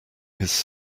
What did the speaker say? his